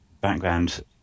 background